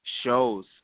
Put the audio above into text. shows